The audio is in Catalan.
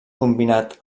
combinat